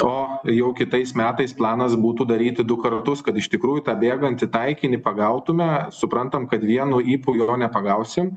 o jau kitais metais planas būtų daryti du kartus kad iš tikrųjų tą bėgantį taikinį pagautume suprantam kad vienu ypu jo nepagausim